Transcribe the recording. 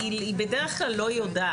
היא בדרך כלל לא יודעת.